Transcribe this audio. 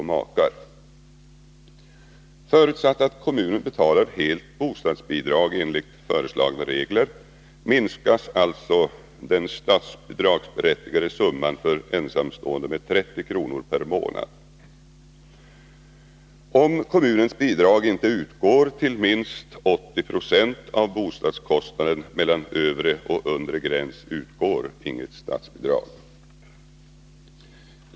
Förutsatt att kommunen betalar helt bostadsbidrag enligt föreslagna regler minskas alltså den statsbidragsberättigade summan för ensamstående med 30 kr. per månad. Om kommunens bidrag inte uppgår till minst 80 20 av bostadskostnaden mellan övre och undre gräns utgår inget statsbidrag.